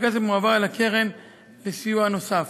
והכסף מועבר אל הקרן לסיוע נוסף.